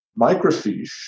microfiche